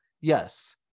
yes